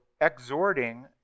exhorting